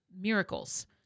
miracles